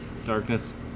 Darkness